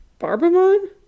Barbamon